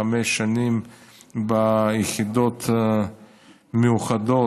חמש שנים ביחידות מיוחדות,